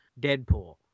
Deadpool